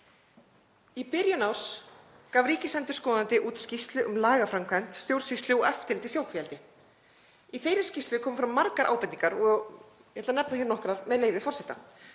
Í byrjun árs gaf ríkisendurskoðandi út skýrslu um lagaframkvæmd, stjórnsýslu og eftirlit í sjókvíaeldi. Í þeirri skýrslu komu fram margar ábendingar og ég ætla að nefna hér nokkrar, með leyfi forseta.